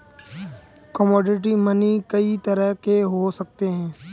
commodity money कई तरह के हो सकते हैं